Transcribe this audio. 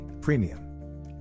premium